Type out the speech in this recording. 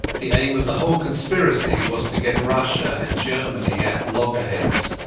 the aim of the whole conspiracy was to get russia and germany at loggerheads.